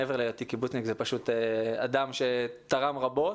מעבר להיותי קיבוצניק, זה פשוט אדם שתרם רבות.